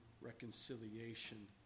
reconciliation